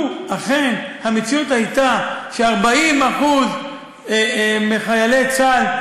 לו אכן המציאות הייתה ש-40% מחיילי צה"ל,